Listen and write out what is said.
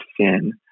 sin